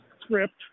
script